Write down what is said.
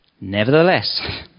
Nevertheless